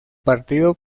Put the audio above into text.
partido